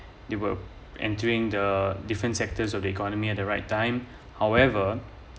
they were entering the different sectors of the economy at the right time however